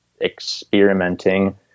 experimenting